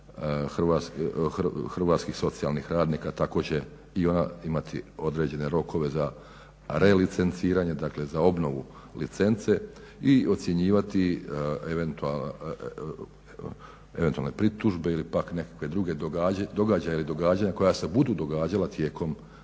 Hrvatska komora socijalnih radnika tako će i ona imati određene rokove relicenciranje dakle za obnovu licence i ocjenjivati eventualne pritužbe ili pak neka druga događanja koja se budu događala tijekom